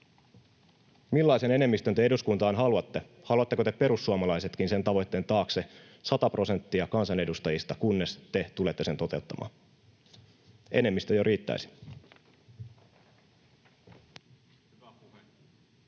millaisen enemmistön te eduskuntaan haluatte. Haluatteko te perussuomalaisetkin sen tavoitteen taakse, 100 prosenttia kansanedustajista, kunnes te tulette sen toteuttamaan? Enemmistö jo riittäisi.